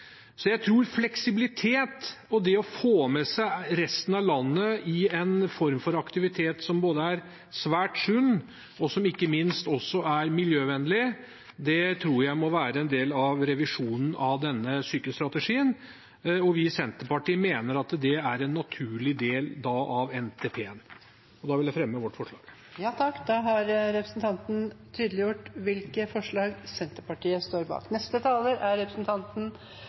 Så jeg tror fleksibilitet, og det å få med seg resten av landet i en form for aktivitet som både er svært sunn og, ikke minst, miljøvennlig, må være en del av revisjonen av denne sykkelstrategien. Vi i Senterpartiet mener at det da er en naturlig del av NTP-en. Jeg tar opp vårt forslag. Representanten Bengt Fasteraune har tatt opp det forslaget han refererte til. Jeg skal redegjøre litt for tankene bak